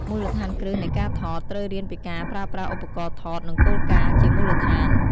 មូលដ្ឋានគ្រឹះនៃការថត ត្រូវរៀនពីការប្រើប្រាស់ឧបករណ៍ថត និងគោលការណ៍ជាមូលដ្ឋាន។